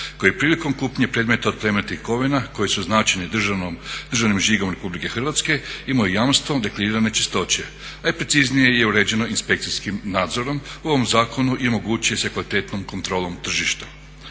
koji je prilikom kupnje predmeta od plemenitih kovina koje su označene državnim žigom RH imaju jamstvo deklarirane čistoće, a i preciznije je uređeno inspekcijskim nadzorom u ovom zakonu i omogućuje se kvalitetnom kontrolom tržišta.